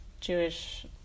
Jewish